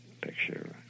picture